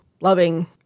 loving